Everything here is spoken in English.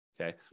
okay